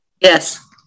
Yes